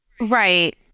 Right